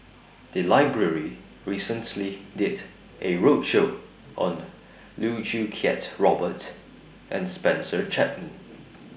The Library recently did A roadshow on Loh Choo Kiat Robert and Spencer Chapman